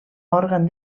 òrgan